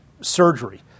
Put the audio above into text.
surgery